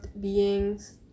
beings